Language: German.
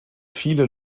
viele